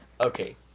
Okay